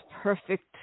perfect